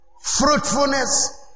fruitfulness